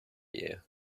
you